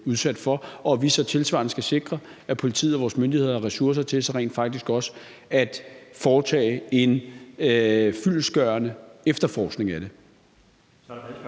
at vi så tilsvarende skal sikre, at politiet og vores myndigheder har ressourcer til rent faktisk også at foretage en fyldestgørende efterforskning af det.